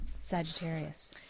Sagittarius